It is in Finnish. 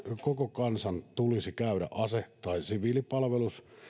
koko kansan tulisi käydä ase tai siviilipalvelus